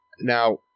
Now